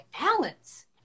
balance